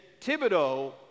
Thibodeau